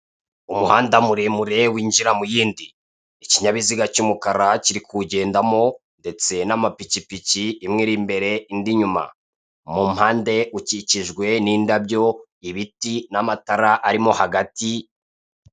Umuhanda muremure winjira mu yindi, ikinyabiziga cy'umukara kiri kuwugendamo ndetse n'amapikipiki, imwe iri imbere indi inyuma mu mpande ukikijwe n'indabyo, ibiti, n'amatara arimo hagati.